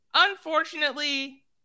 unfortunately